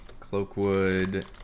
Cloakwood